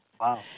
Wow